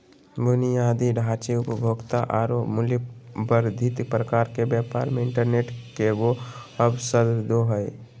बुनियादी ढांचे, उपभोक्ता औरो मूल्य वर्धित प्रकार के व्यापार मे इंटरनेट केगों अवसरदो हइ